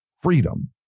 freedom